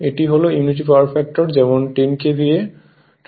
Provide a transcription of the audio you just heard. এটি হল unity power factor যেমন 100 KVA